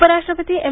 उपराष्ट्रपती एम